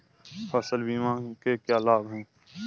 फसल बीमा के क्या लाभ हैं?